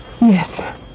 Yes